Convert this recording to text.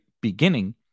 beginning